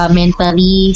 mentally